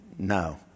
No